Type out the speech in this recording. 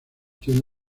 tiene